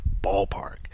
Ballpark